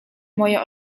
moje